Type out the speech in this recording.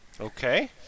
Okay